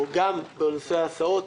או גם בנושא ההסעות,